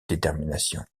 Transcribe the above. détermination